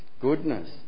goodness